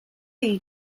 chi